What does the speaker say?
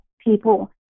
people